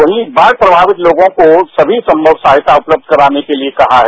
वहीं बाढ़ प्रभावित लोगों को संभव सहायता उपलब्ध कराने के लिएकहा है